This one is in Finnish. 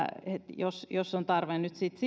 jos jos on tarve nyt sitten